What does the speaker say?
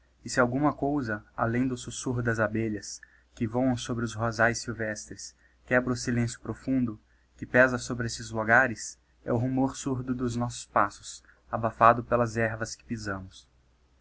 e se alguma cousa além do sussurro das abelhas que voam sobre os rosaes silvestres quebra o silencio profundo que pesa sobre estes logares é o rumor surdo dos nossos passos abafado pelas hervas que pisamos